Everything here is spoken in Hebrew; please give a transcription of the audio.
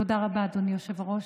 תודה רבה, אדוני היושב-ראש.